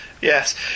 Yes